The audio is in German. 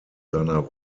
seiner